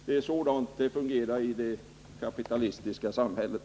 Det är så det fungerar i det kapitalistiska samhället.